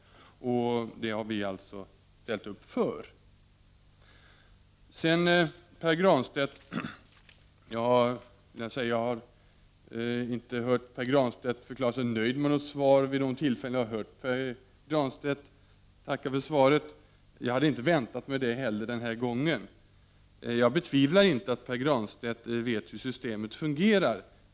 Detta har regeringen alltså ställt sig bakom. Sedan riktar jag mig till Pär Granstedt. Jag har inte hört Pär Granstedt förklara sig nöjd med något svar vid de tillfällen då jag har hört honom tacka för ett svar. Jag hade inte väntat mig att han skulle göra det den här gången heller. Jag betvivlar inte att Pär Granstedt vet hur systemet fungerar.